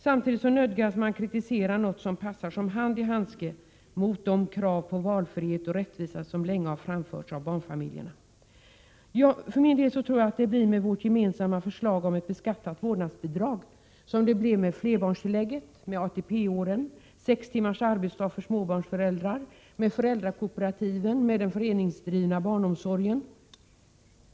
Samtidigt nödgas man kritisera något som passar som hand i handske mot de krav på valfrihet och rättvisa som länge har framförts av barnfamiljerna. För min del tror jag att det blir med vårt gemensamma förslag om ett beskattat vårdnadsbidrag som det blev med flerbarnstillägget, med ATP åren, med sex timmars arbetsdag för småbarnsföräldrar, med föräldrakooperativen samt med den föreningsdrivna barnomsorgen.